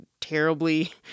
terribly